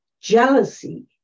jealousy